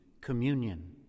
communion